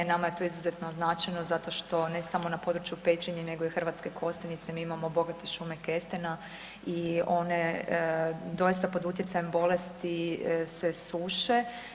Nama je to izuzetno značajno zato što ne samo na području Petrinje, nego i Hrvatske Kostajnice mi imamo bogate šume kestena i one doista pod utjecajem bolesti se suše.